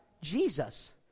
Jesus